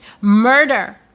murder